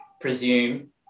presume